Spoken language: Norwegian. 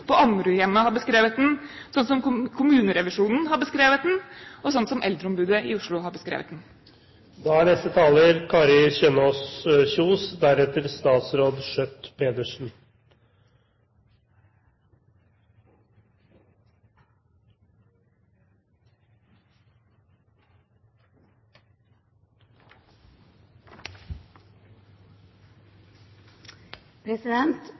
på Ammerudhjemmet har beskrevet den, slik som kommunerevisjonen har beskrevet den, og slik som Eldreombudet i Oslo har beskrevet den.